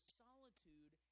solitude